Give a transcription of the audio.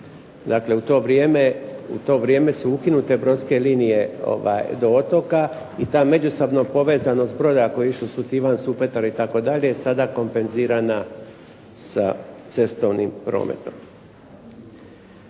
Dakle, u to vrijeme su ukinute brodske linije do otoka i ta međusobna povezanost broda koji je išao Sutivan, Supetar itd. sada kompenzirana sa cestovnim prometom.